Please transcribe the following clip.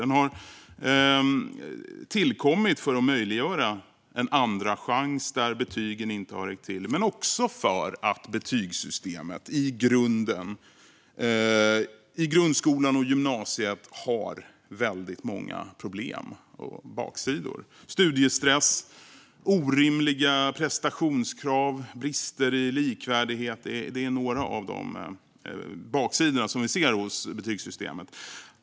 Den har tillkommit för att möjliggöra en andra chans där betygen inte har räckt till, men också för att betygsystemet i grundskolan och i gymnasieskolan har väldigt många problem och baksidor. Studiestress, orimliga prestationskrav och brister i likvärdighet är några av de baksidor som vi ser i betygssystemet.